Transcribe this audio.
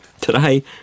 today